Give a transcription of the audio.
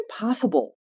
impossible